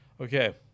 Okay